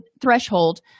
threshold